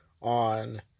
on